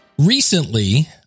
Recently